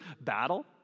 battle